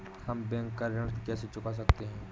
हम बैंक का ऋण कैसे चुका सकते हैं?